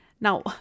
Now